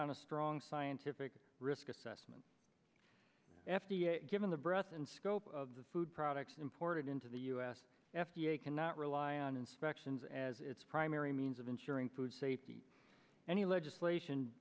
on a strong scientific risk assessment f d a given the breadth and scope of the food products imported into the u s f d a cannot rely on inspections as its primary means of ensuring food safety any legislation